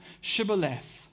shibboleth